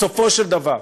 בסופו של דבר,